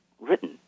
written